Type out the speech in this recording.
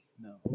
No